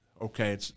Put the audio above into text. Okay